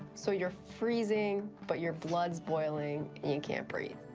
so you're freezing, but your blood's boiling and you can't breathe.